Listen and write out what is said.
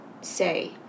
say